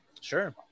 sure